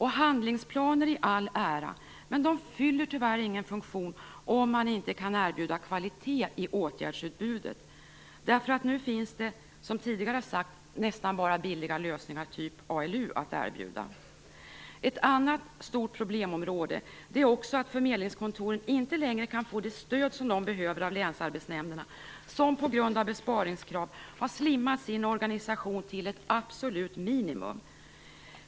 Handlingsplaner i all ära, men de fyller tyvärr ingen funktion om man inte kan erbjuda kvalitet i åtgärdsutbudet. Nu finns det, som tidigare har sagts, nästan bara billiga lösningar som t.ex. ALU att erbjuda. Ett annat stort problemområde är också att förmedlingskontoren inte längre kan få det stöd som de behöver av länsarbetsnämnderna som på grund av besparingskrav har slimmat sin organisation till ett absolut minimum.